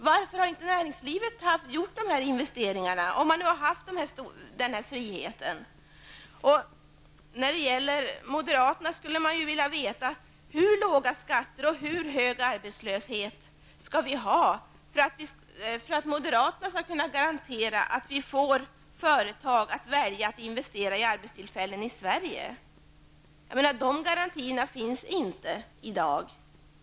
Varför har inte näringslivet gjort investeringar, när det nu har friheten att göra dem? Sedan skulle jag vilja ha svar av moderaterna: Hur låga skatter och hur hög arbetslöshet skall vi ha för att moderaterna skall kunna garantera att vi får företag att välja att investera i arbetstillfällen i Sverige? De garantierna finns inte i dag.